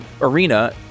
arena